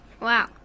Wow